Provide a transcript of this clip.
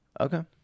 okay